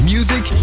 Music